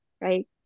right